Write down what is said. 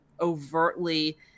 overtly